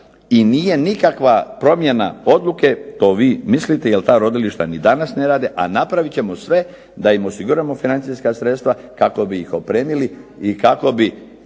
i nije nikakva promjena odluke to vi mislite jer ta rodilišta ni danas ne rade, a napravit ćemo im sve da im osiguramo financijska sredstva kako bi ih opremili i kako bi